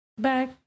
Back